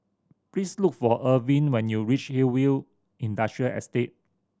please look for Irvin when you reach Hillview Industrial Estate